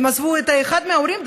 הם עזבו את אחד מההורים,